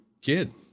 kid